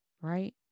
right